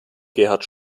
gerhard